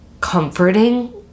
comforting